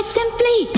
simply